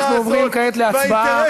אנחנו עוברים כעת להצבעה,